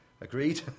Agreed